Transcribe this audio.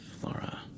Flora